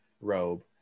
robe